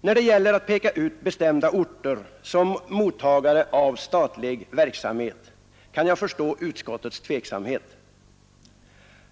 När det gäller att peka ut orter såsom mottagare av statlig verksamhet kan jag förstå utskottets tveksamhet.